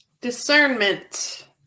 Discernment